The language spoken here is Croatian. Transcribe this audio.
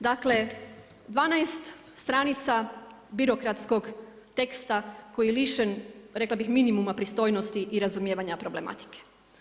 Dakle 12 stranica birokratskog teksta koji je lišen rekla bih minimuma pristojnosti i razumijevanja problematike.